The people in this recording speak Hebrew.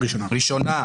ראשונה.